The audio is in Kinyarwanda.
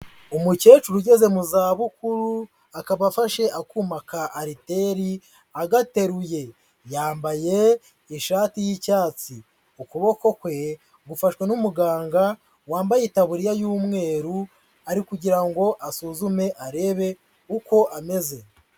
Umukecuru ugeze mu zabukuru, akaba afashe akuma ka aliteri agateruye. Yambaye ishati y'icyatsi, ukuboko kwe gufashwe n'umuganga wambaye itaburiya y'umweru, ari kugira ngo asuzume arebe uko ameze.